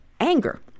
anger